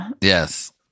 Yes